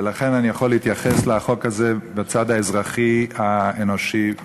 ולכן אני יכול להתייחס לחוק הזה בצד האזרחי האנושי בלבד.